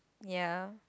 ya